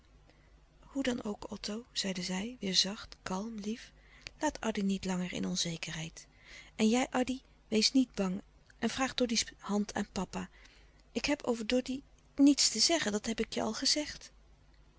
hoe dan ook otto zeide zij weêr zacht kalm lief laat addy niet langer in onzekerlouis couperus de stille kracht heid en jij addy wees niet bang en vraag doddy's hand aan papa ik heb over doddy niets te zeggen dat heb ik je al gezegd